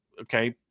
okay